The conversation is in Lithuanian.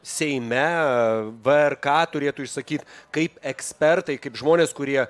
seime vrk turėtų išsakyt kaip ekspertai kaip žmonės kurie